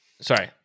Sorry